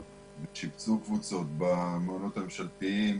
שיבצו קבוצות במעונות הממשלתיים,